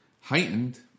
heightened